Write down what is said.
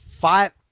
five